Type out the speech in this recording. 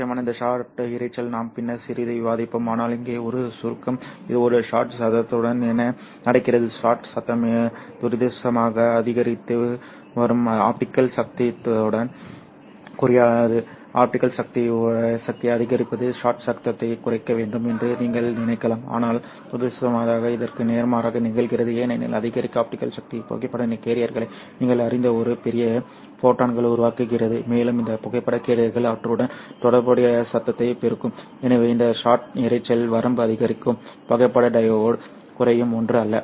சுவாரஸ்யமாக இந்த ஷாட் இரைச்சல் நாம் பின்னர் சிறிது விவாதிப்போம் ஆனால் இங்கே ஒரு சுருக்கம் இது ஒரு ஷாட் சத்தத்துடன் என்ன நடக்கிறது ஷாட் சத்தம் துரதிர்ஷ்டவசமாக அதிகரித்து வரும் ஆப்டிகல் சக்தியுடன் குறையாது ஆப்டிகல் சக்தியை அதிகரிப்பது ஷாட் சத்தத்தை குறைக்க வேண்டும் என்று நீங்கள் நினைக்கலாம் ஆனால் துரதிர்ஷ்டவசமாக இதற்கு நேர்மாறாக நிகழ்கிறது ஏனெனில் அதிகரித்த ஆப்டிகல் சக்தி புகைப்பட கேரியர்களை நீங்கள் அறிந்த ஒரு பெரிய ஃபோட்டானை உருவாக்குகிறது மேலும் இந்த புகைப்பட கேரியர்கள் அவற்றுடன் தொடர்புடைய சத்தத்தை பெருக்கும் எனவே இந்த ஷாட் இரைச்சல் வரம்பு அதிகரிக்கும் புகைப்பட டையோடு குறையும் ஒன்று அல்ல